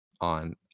on